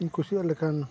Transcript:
ᱤᱧ ᱠᱩᱥᱤᱭᱟᱜ ᱞᱮᱠᱟᱱ